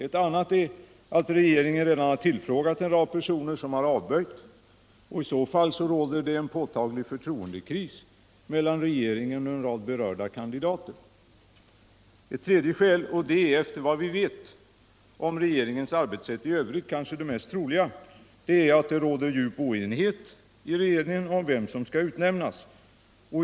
Ett annat är att regeringen redan har tilifrågat en rad personer som har avböjt. I så fall råder det en påtaglig förtroendekris mellan regeringen och en rad berörda kandidater. Ett tredje skäl — efter vad vi vet om regeringens arbetssätt i övrigt kanske det mest troliga — är att det råder djup oenighet i regeringen om vem som skäll utnämnas.